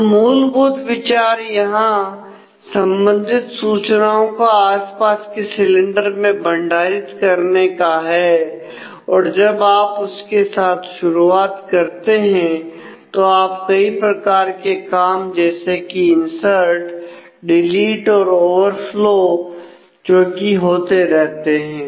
तो मूलभूत विचार यहां संबंधित सूचनाओं को आसपास के सिलेंडर्स है जो कि होते रहते हैं